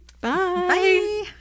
Bye